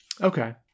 Okay